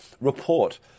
Report